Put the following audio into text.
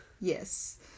Yes